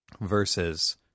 versus